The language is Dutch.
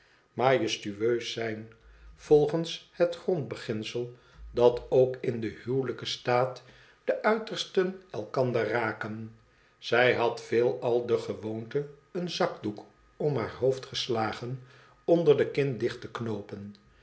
tueus zijn volgens het grondbeginsel dat ook in den huwelijken staat de uitersten elkander raken zij had veelal de gewoonte een zakdoek om haar hoofd geslagen onder de kin dicht te knoopen